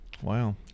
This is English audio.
Wow